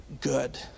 good